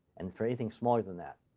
and for anything smaller than that.